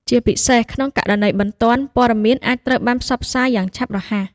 ជាពិសេសក្នុងករណីបន្ទាន់ ព័ត៌មានអាចត្រូវបានផ្សព្វផ្សាយយ៉ាងឆាប់រហ័ស។